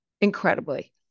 incredibly